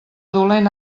dolent